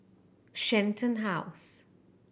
Shenton House